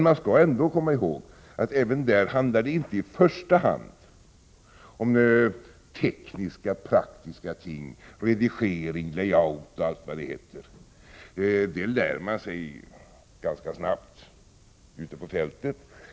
Man skall ändå komma ihåg att här handlar det inte heller i första hand om tekniska och praktiska ting såsom redigering, layout och allt vad det heter. Det lär man sig ganska snabbt ute på fältet.